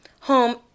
home